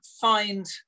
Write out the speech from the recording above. find